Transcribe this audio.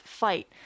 fight